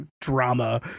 drama